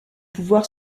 pouvoir